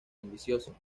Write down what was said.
ambicioso